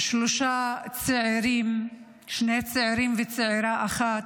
שלושה צעירים, שני צעירים וצעירה אחת: